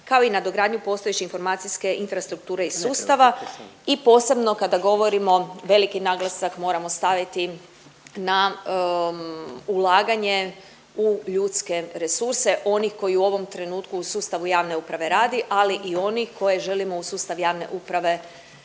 kao i nadogradnju postojeće informacije infrastrukture i sustava i posebno kada govorimo veliki naglasak moramo staviti na ulaganje u ljudske resurse onih koji u ovom trenutku u sustavu javne uprave radi ali i onih koje želimo u sustav javne uprave,